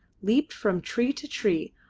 leaped from tree to tree,